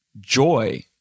joy